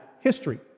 history